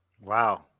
Wow